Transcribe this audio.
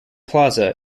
plaza